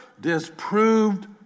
disproved